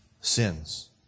sins